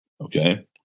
Okay